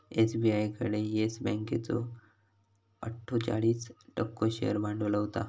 SBI कडे येस बँकेचो अट्ठोचाळीस टक्को शेअर भांडवल होता